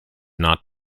not